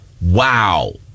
Wow